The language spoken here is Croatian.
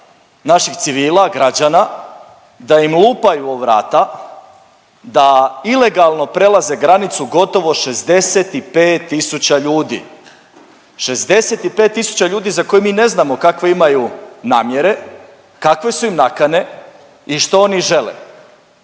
naših civila građana, da im lupaju o vrata, da ilegalno prelaze granicu gotovo 65 tisuća ljudi. 65 tisuća ljudi za koje mi ne znamo kakve imaju namjere, kakve su im nakane i što oni žele.